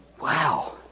Wow